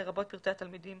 לרבות פרטי התלמידים